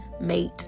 mate